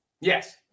Yes